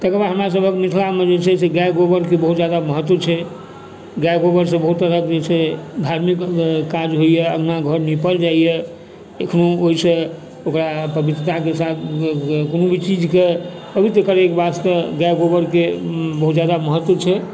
तकर बाद हमरासभक मिथिलामे जे छै गाए गोबरके बहुत ज्यादा महत्व छै गाए गोबरसँ बहुत तरहके जे छै धार्मिक काज होइए अङ्गना घर नीपल जाइए एखनो ओहिसँ ओकरा पवित्रताके साथ कोनो भी चीजके पवित्र करैके वास्ते गाए गोबरके बहुत ज्यादा महत्व छै